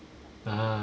ah